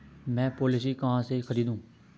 मैं पॉलिसी कहाँ से खरीदूं?